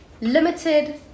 limited